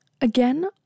again